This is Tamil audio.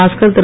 பாஸ்கர் திரு